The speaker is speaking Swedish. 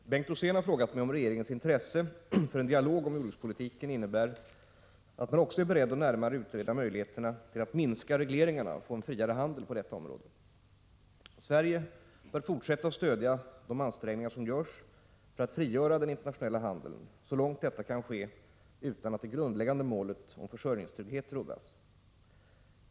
Herr talman! Bengt Rosén har frågat mig om regeringens intresse för en dialog om jordbrukspolitiken innebär att man också är beredd att närmare utreda möjligheterna till att minska regleringarna och få en friare handel på detta område. Sverige bör fortsätta att stödja de ansträngningar som görs för att frigöra den internationella handeln, så långt detta kan ske utan att det grundläggande målet om försörjningstrygghet rubbas.